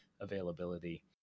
availability